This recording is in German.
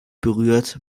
berührt